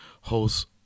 host